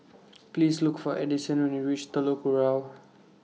Please Look For Edison when YOU REACH Telok Kurau